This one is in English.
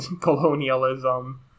colonialism